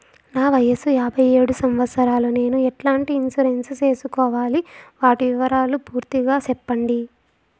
నా వయస్సు యాభై ఏడు సంవత్సరాలు నేను ఎట్లాంటి ఇన్సూరెన్సు సేసుకోవాలి? వాటి వివరాలు పూర్తి గా సెప్పండి?